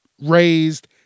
raised